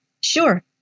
Sure